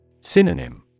Synonym